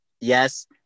Yes